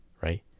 right